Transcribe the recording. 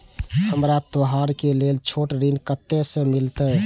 हमरा त्योहार के लेल छोट ऋण कते से मिलते?